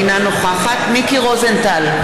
אינה נוכחת מיקי רוזנטל,